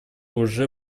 уже